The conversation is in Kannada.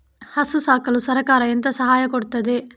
ಹಸು ಸಾಕಲು ಸರಕಾರ ಎಂತ ಸಹಾಯ ಕೊಡುತ್ತದೆ?